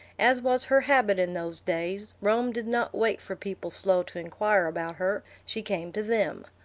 as was her habit in those days, rome did not wait for people slow to inquire about her she came to them.